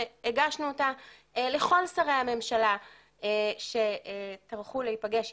שהגשנו אותה לכל שרי הממשלה שטרחו להיפגש איתנו,